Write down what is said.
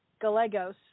Gallegos